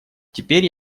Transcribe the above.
теперь